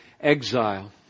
exile